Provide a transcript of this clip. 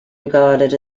regarded